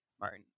Martin